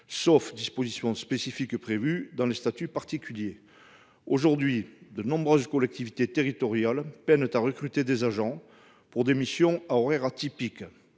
sauf dispositions spécifiques prévues dans les statuts particuliers. Or de nombreuses collectivités territoriales peinent à recruter des agents pour des missions à horaires atypiques